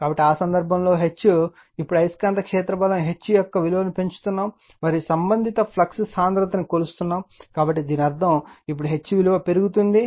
కాబట్టి ఆ సందర్భంలో H ఇప్పుడు అయస్కాంత క్షేత్ర బలం H యొక్క విలువలను పెంచుతున్నాము మరియు సంబంధిత ఫ్లక్స్ సాంద్రత B కొలుస్తారు కాబట్టి దీని అర్థం ఇప్పుడు H విలువను పెరుగుతోంది